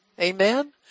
Amen